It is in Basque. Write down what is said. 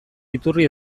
iturri